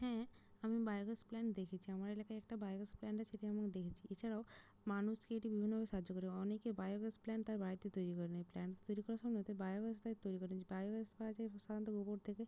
হ্যাঁ আমি biogas plant দেখেছি আমার এলাকায় একটা বায়োগ্যাস প্ল্যান্ট আছে সেটি আমি দেখেছি এছাড়াও মানুষকে এটা বিভিন্নভাবে সাহায্য করে অনেকে বায়োগ্যাস প্ল্যান্ট তার বাড়িতে তৈরি করে নেয় প্ল্যান্ট তো তৈরি করা সম্ভব নয় তাই বায়োগ্যাস তাই তৈরি করেন যে বায়োগ্যাস পাওয়া যায় সাধারণত গোবর থেকে